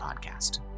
podcast